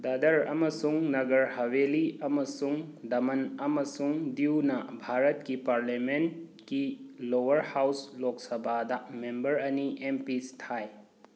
ꯗꯥꯗꯔ ꯑꯃꯁꯨꯡ ꯅꯥꯒꯔ ꯍꯥꯕꯦꯂꯤ ꯑꯃꯁꯨꯡ ꯗꯥꯃꯟ ꯑꯃꯁꯨꯡ ꯗ꯭ꯌꯨꯅ ꯚꯥꯔꯠꯀꯤ ꯄꯥꯔꯂꯤꯌꯥꯅꯦꯟꯀꯤ ꯂꯣꯌꯔ ꯍꯥꯎꯁ ꯂꯣꯛ ꯁꯕꯥꯗ ꯃꯦꯝꯕꯔ ꯑꯅꯤ ꯑꯦꯝꯄꯤꯁ ꯊꯥꯏ